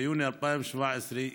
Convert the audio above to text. ביוני 2017,